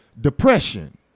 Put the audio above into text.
depression